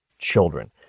children